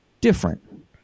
different